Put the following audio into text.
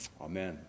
Amen